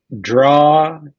draw